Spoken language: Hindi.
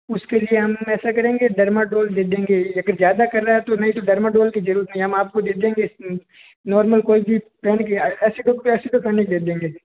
उसके लिए हम ऐसा करेंगे डर्माडोल दे देंगे लेकिन ज़्यादा कर रहा है तो नहीं तो डर्माडोल की ज़रूरत नहीं है हम आप को दे देंगे नॉर्मल कोई भी पेनकिलर ऐसे दे देंगे